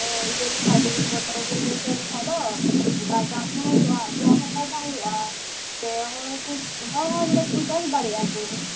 ᱤᱭᱟᱹ ᱞᱮᱠᱷᱟᱱ ᱫᱚ ᱢᱚᱴᱚᱨ ᱵᱚᱱ ᱵᱟᱹᱭᱥᱟᱹᱣ ᱞᱮᱠᱷᱟᱱ ᱫᱚ ᱚᱱᱠᱟ ᱪᱟᱥ ᱦᱚᱸ ᱦᱩᱭᱩᱜᱼᱟ ᱟᱵᱚᱣᱟᱜ ᱦᱚᱸ ᱯᱷᱟᱭᱫᱟ ᱦᱩᱭᱩᱜᱼᱟ ᱥᱮ ᱦᱚᱲ ᱦᱚᱸ ᱵᱚᱞᱮ ᱠᱚ ᱪᱟᱥ ᱫᱟᱲᱮᱭᱟᱜ ᱠᱚ